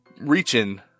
reaching